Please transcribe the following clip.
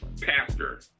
pastor